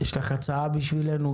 יש לך הצעה בשבילנו?